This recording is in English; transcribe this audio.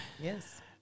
Yes